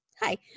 hi